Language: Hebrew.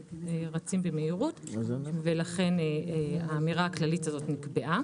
רצים במהירות ולכן האמירה הכללית הזו נקבעה.